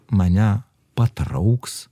mane patrauks